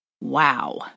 Wow